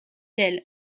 elle